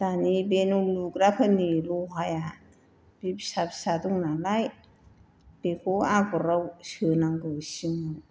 दानि बे न' लुग्राफोरनि लहाया बे फिसा फिसा दं नालाय बेखौ आगराव सोनांगौ सिङाव